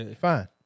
fine